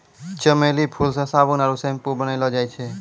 चमेली फूल से साबुन आरु सैम्पू बनैलो जाय छै